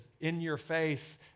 in-your-face